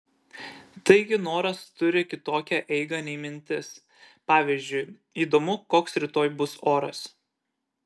taigi noras turi kitokią eigą nei mintis pavyzdžiui įdomu koks rytoj bus oras